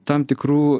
tam tikrų